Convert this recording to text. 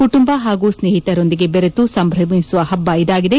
ಕುಟುಂಬ ಹಾಗೂ ಸ್ನೇಹಿತರೊಂದಿಗೆ ದೆರೆತು ಸಂಭ್ರಮಿಸುವ ಹಬ್ಲ ಇದಾಗಿದೆ